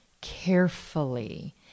carefully